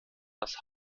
das